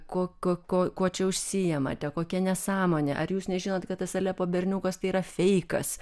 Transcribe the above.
ko kuo kuo čia užsiimate kokia nesąmonė ar jūs nežinot kad tas alepo berniukas tai yra feikas